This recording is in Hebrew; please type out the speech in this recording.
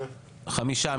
חמישה.